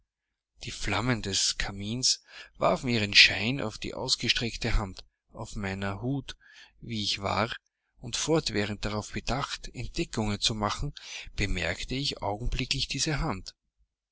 die flammen des kamins warfen ihren schein auf die ausgestreckte hand auf meiner hut wie ich war und fortwährend darauf bedacht entdeckungen zu machen bemerkte ich augenblicklich diese hand